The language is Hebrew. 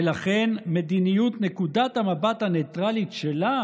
ולכן מדיניות נקודת המבט הנייטרלית שלה